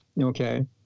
Okay